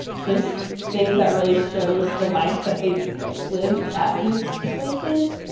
just things that really showed the life that they like lived at these places.